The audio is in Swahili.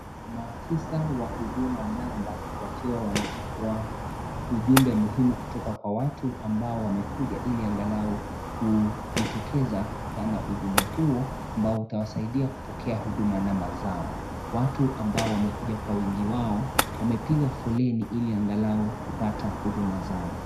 Maafisa wa huduma namba wakiwa wanachukua ujumbe muhimu kutoka kwa watu ambao wamekuja ili angalau kujitokeza kupeana ujumbe huo ambao utawasaidia kupokea huduma namba zao, watu ambao wamekuja kwa wengi wao wamepiga foleni ili angalau kupata huduma zao.